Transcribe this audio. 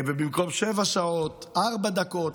במקום שבע שעות, ארבע דקות.